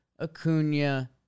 Acuna